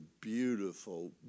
beautiful